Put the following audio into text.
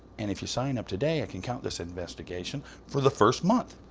and if you sign up today, i can count this investigation for the first month.